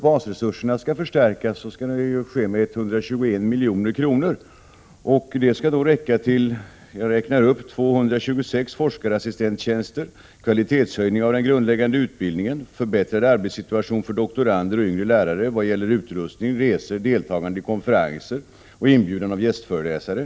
Basresurserna skall förstärkas med 121 milj.kr. Det skall räcka till: 226 forskarassistenttjänster, kvalitetshöjning av den grundläggande utbildningen, förbättrad arbetssituation för doktorander och yngre lärare vad gäller utrustning, resor och deltagande i konferenser samt inbjudan av gästföreläsare.